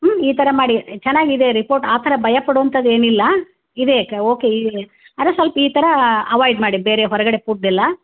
ಹ್ಞೂ ಈ ಥರ ಮಾಡಿ ಚೆನ್ನಾಗಿ ಇದೆ ರೀ ರಿಪೋರ್ಟ್ ಈ ಥರ ಭಯ ಪಡೋವಂಥದ್ದು ಏನಿಲ್ಲ ಇದೇ ಓಕೆ ಆದ್ರೆ ಸೊಲ್ಪ ಈ ಥರಾ ಅವಾಯ್ಡ್ ಮಾಡಿ ಬೇರೆ ಹೊರಗಡೆ ಪುಡ್ ಎಲ್ಲ